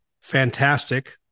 Fantastic